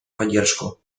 поддержку